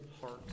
heart